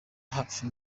hafi